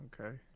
Okay